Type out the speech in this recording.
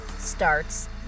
Starts